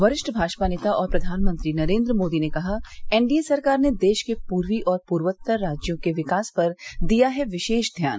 वरिष्ठ भाजपा नेता और प्रधानमंत्री नरेन्द्र मोदी ने कहा एनडीए सरकार ने देश के पूर्वी और पूर्वोत्तर राज्यों के विकास पर दिया है विशेष ध्यान